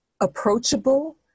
approachable